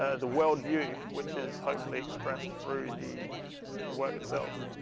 ah the worldview, which is hopefully expressed through the the work itself.